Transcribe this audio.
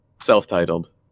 Self-titled